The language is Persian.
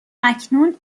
اکنون